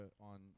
on